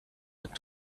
but